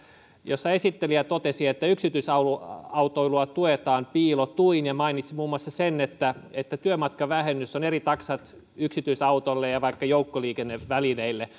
jossa esittelijä totesi että yksityisautoilua tuetaan piilotuin ja mainitsi muun muassa sen että että työmatkavähennyksessä on eri taksat yksityisautoille ja vaikka joukkoliikennevälineille